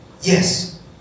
Yes